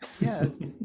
Yes